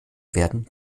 werden